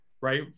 Right